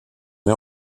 met